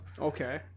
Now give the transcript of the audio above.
Okay